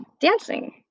dancing